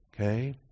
Okay